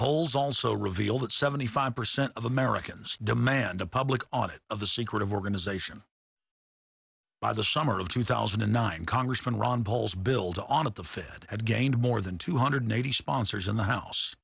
polls also reveal that seventy five percent of americans demand a public audit of the secretive organization by the summer of two thousand and nine congressman ron bowles build on it the fed had gained more than two hundred eighty sponsors in the house